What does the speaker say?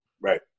Right